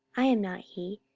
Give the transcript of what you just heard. i am not he.